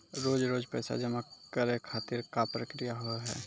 रोज रोज पैसा जमा करे खातिर का प्रक्रिया होव हेय?